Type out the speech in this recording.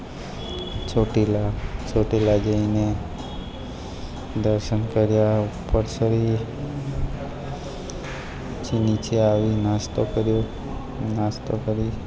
ચોટીલા ચોટીલા જઈને દર્શન કર્યા ઉપર ચડી પછી નીચે આવી નાસ્તો કર્યો અને નાસ્તો કરી